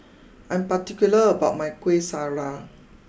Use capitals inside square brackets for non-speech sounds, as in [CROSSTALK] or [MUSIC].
[NOISE] I'm particular about my Kuih Syara